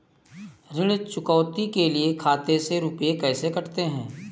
ऋण चुकौती के लिए खाते से रुपये कैसे कटते हैं?